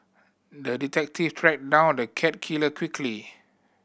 the detective tracked down on the cat killer quickly